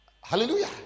hallelujah